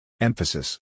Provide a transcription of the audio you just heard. Emphasis